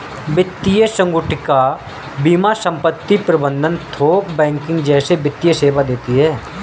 वित्तीय संगुटिका बीमा संपत्ति प्रबंध थोक बैंकिंग जैसे वित्तीय सेवा देती हैं